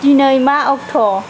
दिनै मा अक्ट'